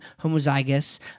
homozygous